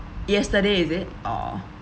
yesterday is it or